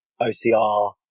OCR